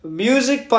music